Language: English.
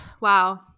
wow